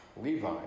Levi